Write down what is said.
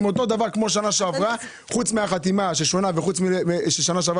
אם זה אותו דבר כמו שנה שעברה ורק החתימה שונה וחוץ מזה שזה ממוען